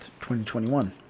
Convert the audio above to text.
2021